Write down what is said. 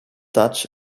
dutch